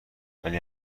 ولی